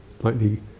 slightly